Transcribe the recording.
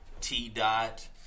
T-Dot